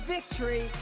Victory